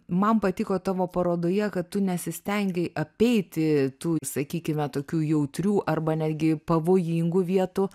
man patiko tavo parodoje kad tu nesistengei apeiti tų sakykime tokių jautrių arba netgi pavojingų vietų